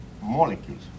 molecules